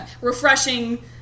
refreshing